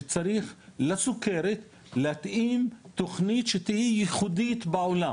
צריך להתאים תוכנית שתהיה ייחודית בעולם